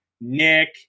Nick